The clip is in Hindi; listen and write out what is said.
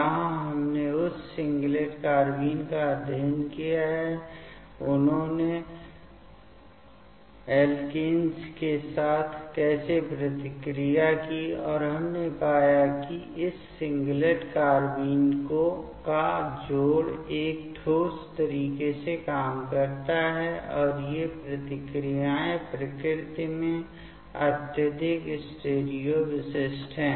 वहां हमने उस सिंगलेट कार्बाइन का अध्ययन किया है उन्होंने एल्केन्स के साथ कैसे प्रतिक्रिया की है और हमने पाया कि इस सिंगलेट कार्बेन का जोड़ एक ठोस तरीके से काम करता है और वे प्रतिक्रियाएं प्रकृति में अत्यधिक स्टीरियो विशिष्ट हैं